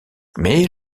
mais